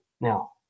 Now